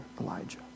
Elijah